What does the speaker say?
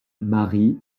marie